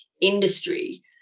industry